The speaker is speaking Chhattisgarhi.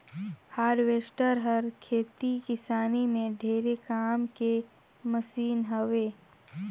हारवेस्टर हर खेती किसानी में ढेरे काम के मसीन हवे